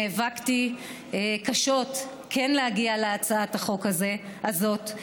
נאבקתי קשות כן להגיע להצעת החוק הזאת,